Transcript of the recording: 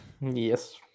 Yes